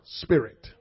spirit